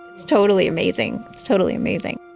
it's totally amazing. it's totally amazing.